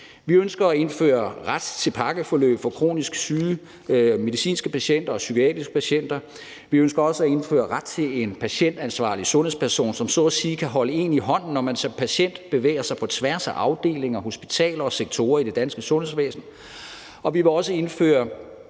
Vi ønsker at indføre ret til pakkeforløb for kronisk syge medicinske patienter og psykiatriske patienter. Vi ønsker også at indføre ret til en patientansvarlig sundhedsperson, som så at sige kan holde en i hånden, når man som patient bevæger sig på tværs af afdelinger, hospitaler og sektorer i det danske sundhedsvæsen. Vi vil også indføre